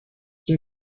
این